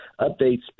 updates